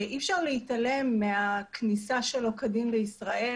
אי אפשר להתעלם מהכניסה שלא כדין לישראל,